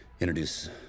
introduce